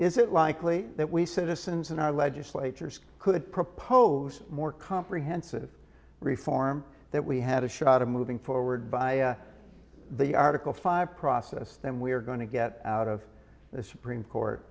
is it likely that we citizens in our legislatures could propose more comprehensive reform that we have a shot of moving forward by the article five process then we are going to get out of the supreme court